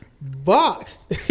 boxed